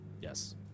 Yes